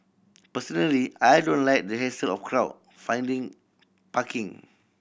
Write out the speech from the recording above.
personally I don't like the hassle of crowd finding parking